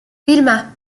vilma